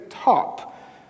top